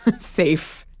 safe